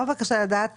אפשר בבקשה לדעת